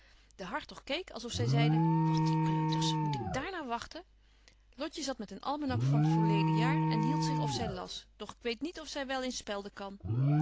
de hartog keek als of zy zeide wat die kleuters moet ik daar naarwagten lotje zat met een almenak van t voorleden jaar en hield zich of zy las doch ik weet niet of zy wel eens spelden kan